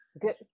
good